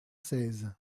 seize